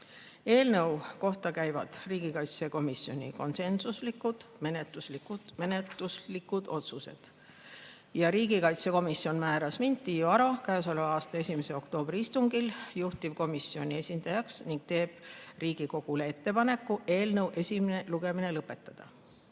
Eelnõu kohta käivad riigikaitsekomisjoni konsensuslikud menetluslikud otsused. Riigikaitsekomisjon määras mind, Tiiu Arot, k.a aasta 1. oktoobri istungil juhtivkomisjoni esindajaks ning teeb Riigikogule ettepaneku eelnõu esimene lugemine lõpetada.